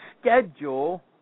schedule